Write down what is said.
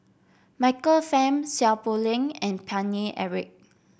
Michael Fam Seow Poh Leng and Paine Eric